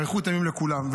אריכות ימים לכולם.